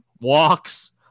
walks